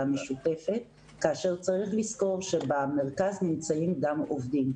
משותפת כאשר צריך לזכור שבמרכז נמצאים גם עובדים.